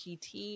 PT